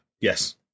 yes